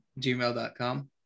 gmail.com